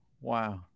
Wow